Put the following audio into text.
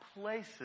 places